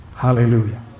Hallelujah